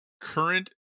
current